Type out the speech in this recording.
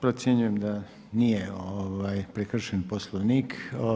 Procjenjujem da nije prekršen Poslovnik.